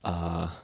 uh